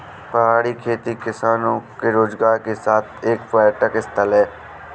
पहाड़ी खेती किसानों के रोजगार के साथ एक पर्यटक स्थल भी है